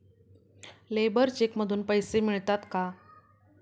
Labour cheque मधून पैसे मिळतात का?